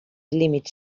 límits